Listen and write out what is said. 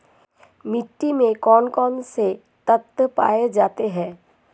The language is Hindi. मिट्टी में कौन कौन से तत्व पाए जाते हैं?